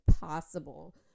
possible